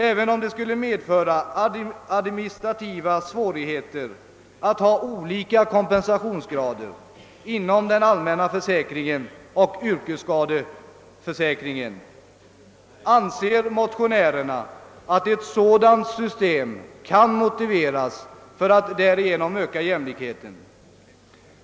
Även om det skulle medföra administrativa svårigheter att ha olika kompensationsgrader inom den allmänna försäkringen och <:yrkesskadeförsäkringen, anser motionärerna att ett sådant system kan motiveras eftersom man därigenom ökar jämlikheten.